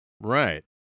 Right